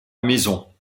maison